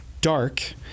dark